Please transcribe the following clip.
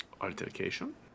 Altercation